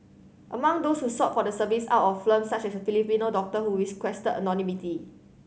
among those who sought for the service out of firm such as a Filipino doctor who is requested anonymity